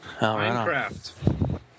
Minecraft